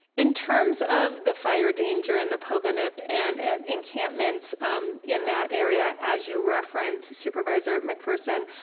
in terms of the fire danger in the pogonip and and encampments in that area, as you referenced supervisor mcpherson,